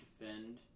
defend